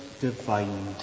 divine